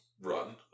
run